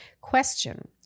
Question